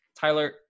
Tyler